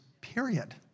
period